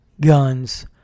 guns